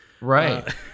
Right